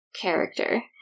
character